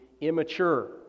immature